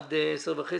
עד שעה 10:30,